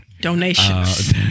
Donations